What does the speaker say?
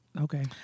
Okay